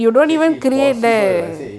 say if possible I say